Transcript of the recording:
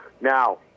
Now